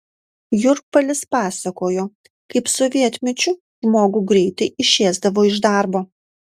jurpalis pasakojo kaip sovietmečiu žmogų greitai išėsdavo iš darbo